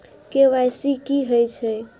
KYC की हय छै?